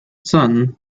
son